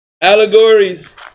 Allegories